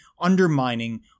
undermining